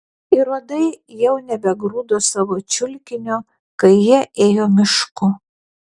ir uodai jau nebegrūdo savo čiulkinio kai jie ėjo mišku